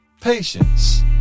Patience